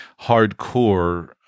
hardcore